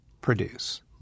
produce